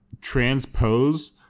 transpose